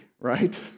right